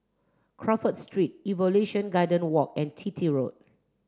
Crawford Street Evolution Garden Walk and Chitty Road